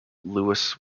lewis